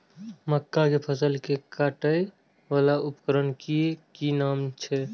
मक्का के फसल कै काटय वाला उपकरण के कि नाम छै?